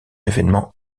événement